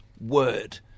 word